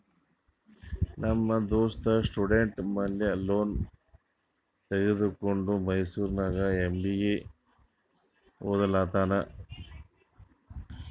ನಮ್ ದೋಸ್ತ ಸ್ಟೂಡೆಂಟ್ ಮ್ಯಾಲ ಲೋನ್ ತಗೊಂಡ ಮೈಸೂರ್ನಾಗ್ ಎಂ.ಬಿ.ಎ ಒದ್ಲತಾನ್